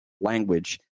language